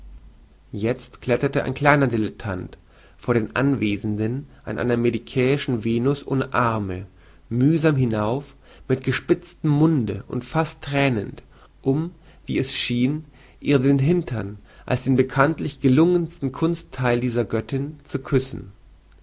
jezt kletterte ein kleiner dilettant von den anwesenden an einer medicäischen venus ohne arme mühsam hinauf mit gespiztem munde und fast thronend um wie es schien ihr den hintern als den bekanntlich gelungensten kunsttheil dieser göttin zu küssen